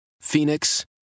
Phoenix